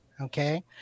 okay